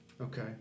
Okay